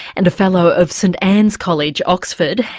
and a fellow of st anne's college, oxford.